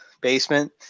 basement